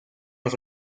los